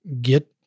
get